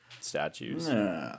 statues